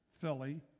Philly